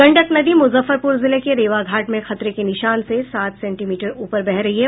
गंडक नदी मुजफ्फरपुर जिले के रेवा घाट में खतरे के निशान से सात सेंटीमीटर ऊपर बह रही है